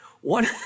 One